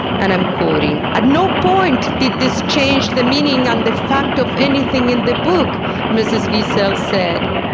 and i'm quoting. at no point did this change the meaning on the fact of anything in the book mrs. wiesel said.